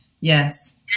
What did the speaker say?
Yes